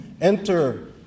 enter